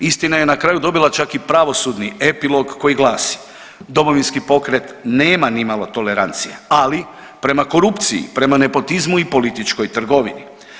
Istina je na kraju dobila čak i pravosudni epilog koji glasi, Domovinski pokret nema nimalo tolerancije, ali prema korupciji, prema nepotizmu i političkoj trgovini.